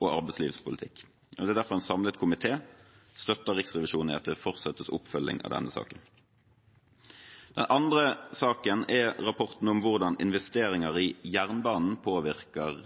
og arbeidslivspolitikk. Det er derfor en samlet komité som støtter Riksrevisjonen i at det fortsettes oppfølging av denne saken. Den andre saken gjelder rapporten om hvordan investeringer i jernbanen påvirker